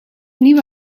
nieuwe